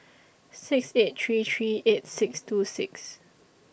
six eight three three eight six two six